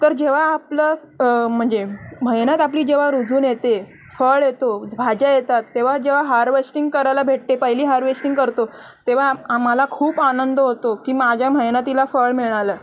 तर जेव्हा आपलं म्हणजे मेहनत आपली जेव्हा रुजून येते फळ येतो भाज्या येतात तेव्हा जेव्हा हारवेश्टिंग करायला भेटते पहिली हारवेश्टिंग करतो तेव्हा आम्हाला खूप आनंद होतो की माझ्या मेहनतीला फळ मिळालं